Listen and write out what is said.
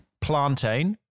Plantain